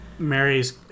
Mary's